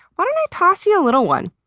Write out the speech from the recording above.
why don't i toss you a little one?